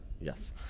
Yes